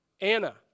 Anna